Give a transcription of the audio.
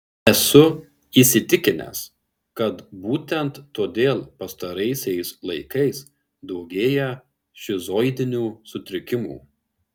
esu įsitikinęs kad būtent todėl pastaraisiais laikais daugėja šizoidinių sutrikimų